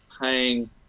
paying